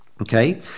Okay